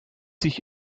sich